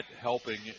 helping